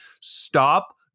stop